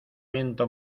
viento